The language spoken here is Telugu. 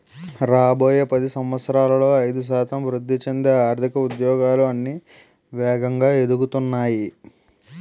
రాబోయే పది సంవత్సరాలలో ఐదు శాతం వృద్ధి చెందే ఆర్థిక ఉద్యోగాలు అన్నీ వేగంగా ఎదుగుతున్నాయి